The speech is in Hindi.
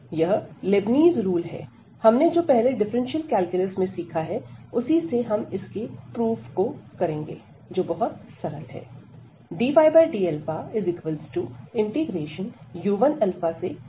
यह लेबनीज़ रूल है हमने जो पहले डिफरेंशियल कैलकुलस में सीखा है उसी से हम इसके प्रूफ को करेंगे जो बहुत सरल है